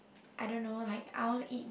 I don't know like I want to eat